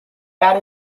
that